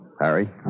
Harry